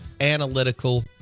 Analytical